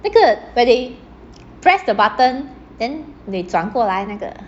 那个 where they press the button then they 转过来那个